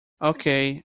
okay